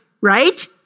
Right